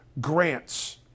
grants